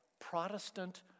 Protestant